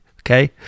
okay